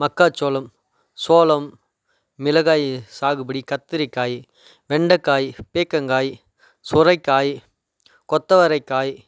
மக்காச்சோளம் சோளம் மிளகாய் சாகுபடி கத்திரிக்காய் வெண்டைக்காய் பீர்க்கங்காய் சுரைக்காய் கொத்தவரைக்காய்